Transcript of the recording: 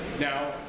Now